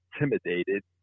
intimidated